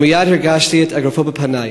ומייד הרגשתי את אגרופו בפני.